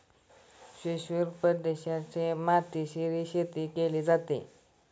शुष्क प्रदेशात मातीरीची शेतीही केली जाते